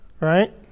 Right